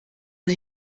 und